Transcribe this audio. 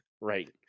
Right